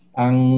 ang